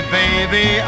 baby